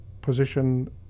position